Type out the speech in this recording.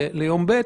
ליום ב'